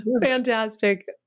fantastic